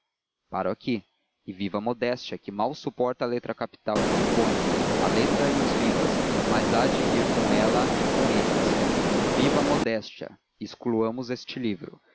paro aqui e viva a modéstia que mal suporta a letra capital que lhe ponho a letra e os vivas mas há de ir com ela e com eles viva a modéstia e excluamos este livro